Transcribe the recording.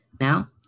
Now